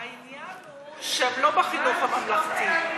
העניין הוא שהם לא בחינוך הממלכתי.